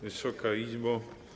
Wysoka Izbo!